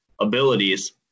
abilities